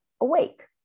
awake